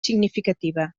significativa